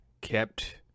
kept